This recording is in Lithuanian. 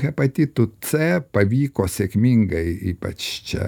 hepatitu c pavyko sėkmingai ypač čia